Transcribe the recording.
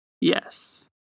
yes